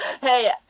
hey